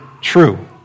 true